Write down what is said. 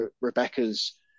Rebecca's